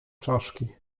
czaszki